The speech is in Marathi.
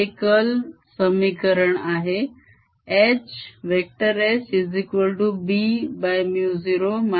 हे curl समीकरण आहे